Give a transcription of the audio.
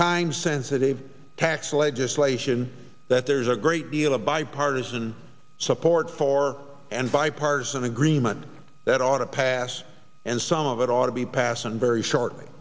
time sensitive tax legislation that there's a great deal of bipartisan support for and bipartisan agreement that ought to pass and some of it ought to be passed on very shortly